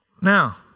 Now